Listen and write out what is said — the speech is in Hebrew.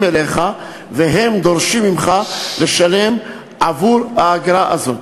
אליך ודורשים ממך לשלם את האגרה הזאת.